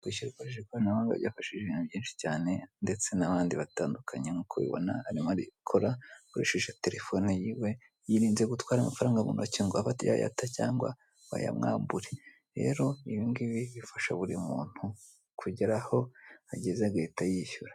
Kwishyura ukoresheje ikoranabuhanga byafashije ibintu byinshi cyane ndetse n'abandi batandukanye nk'uko ubibona arimo arabikora akoresheje terefone yiwe, yirinze gutwara amafaranga mu ntoki ngo abe yayata cyangwa ngo bayamwambure rero ibi ngibi bifasha buri muntu kugera aho ageze agahita yishyura.